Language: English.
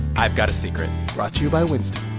i've got a secret. brought to you by winston